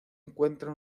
encuentra